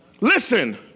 Listen